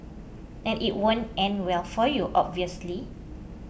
and it won't end well for you obviously